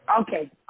Okay